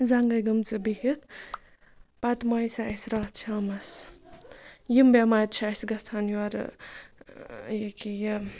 زنٛگَے گٔمژٕ بِہِتھ پَتہٕ موٚیہِ سۄ اَسہِ راتھ شامَس یِم بٮ۪مارِ چھِ اَسہِ گژھان یورٕ ییٚکیٛاہ یہِ